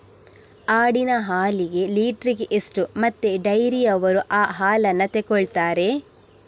ಆಡಿನ ಹಾಲಿಗೆ ಲೀಟ್ರಿಗೆ ಎಷ್ಟು ಮತ್ತೆ ಡೈರಿಯವ್ರರು ಈ ಹಾಲನ್ನ ತೆಕೊಳ್ತಾರೆ?